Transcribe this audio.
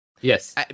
Yes